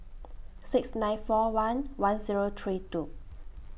six nine four one one Zero three two